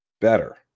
better